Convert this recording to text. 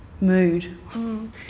mood